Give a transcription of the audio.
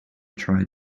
tried